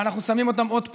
ואנחנו שמים אותם עוד פעם,